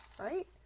right